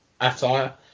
attire